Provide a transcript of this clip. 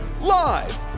Live